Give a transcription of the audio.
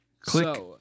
Click